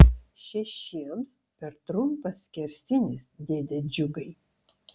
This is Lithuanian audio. šešiems per trumpas skersinis dėde džiugai